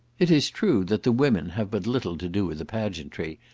it is true that the women have but little to do with the pageantry,